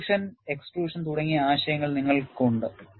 intrusion extrusion തുടങ്ങിയ ആശയങ്ങൾ നിങ്ങൾക്ക് ഉണ്ട്